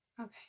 Okay